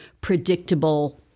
predictable